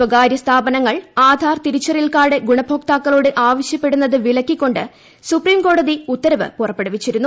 സ്വകാര്യ സ്ഥാപനങ്ങൾ ആധാർ തീരിച്ചറിയൽ കാർഡ് ഗുണഭോക്താക്കളോട് ആവശ്യപ്പെടുന്നത് വില്ലക്കിക്കൊണ്ട് സുപ്രീംകോടതി ഉത്തരവ് പുറപ്പെടുവിച്ചിരുന്നു